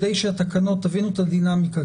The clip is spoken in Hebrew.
תבינו את הדינמיקה,